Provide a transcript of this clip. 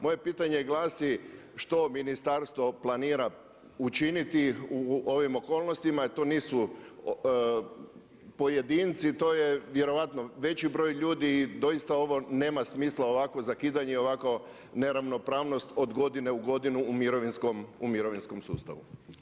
Moje pitanje glasi, što ministarstvo planira učiniti u ovim okolnostima jer to nisu pojedinci, to je vjerojatno veći broj ljudi i doista ovo nema smisla ovakvo zakidanje i ovakva neravnopravnost od godine u godinu u mirovinskom sustavu?